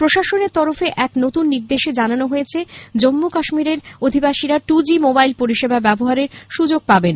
প্রশাসনের তরফে এক নতুন নির্দেশে জানানো হয়েছে জম্মু কাশ্মীরের অধিবাসীরা টু জি মোবাইল পরিষেবা ব্যবহারের সুযোগ পাবেন